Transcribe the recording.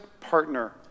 partner